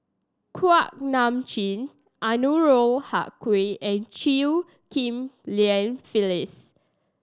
Kuak Nam Jin Anwarul Haque and Chew Ghim Lian Phyllis